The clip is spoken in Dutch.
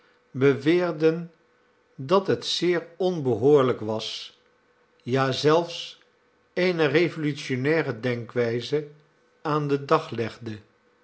beweerden dat het zeer onbehoorlijk was ja zelfs eene revolutionnaire denkw'yze aan den dag legde